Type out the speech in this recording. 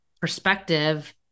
perspective